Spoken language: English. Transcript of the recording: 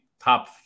top